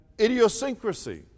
idiosyncrasy